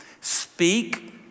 Speak